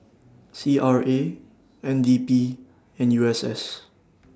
C R A N D P and U S S